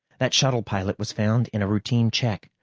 that shuttle pilot was found in a routine check,